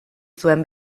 zuen